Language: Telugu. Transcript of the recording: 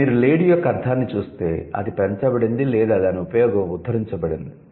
కానీ మీరు 'లేడీ' యొక్క అర్ధాన్ని చూస్తే అది పెంచబడింది లేదా దాని ఉపయోగం ఉద్ధరించబడింది